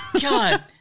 God